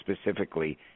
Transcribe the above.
specifically